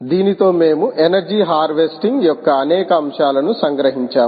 దీనితో మేము energy harvesting యొక్క అనేక అంశాలను సంగ్రహించాము